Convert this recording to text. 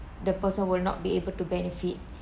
the person will not be able to benefit